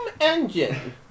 engine